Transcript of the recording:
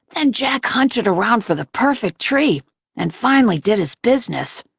then jack hunted around for the perfect tree and finally did his business,